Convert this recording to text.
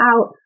out